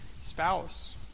spouse